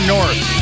North